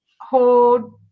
hold